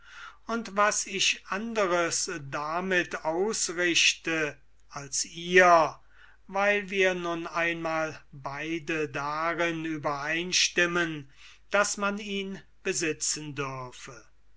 und was ich anderes damit ausrichte als ihr weil wir nun einmal beide darin übereinstimmen daß man ihn besitzen dürfe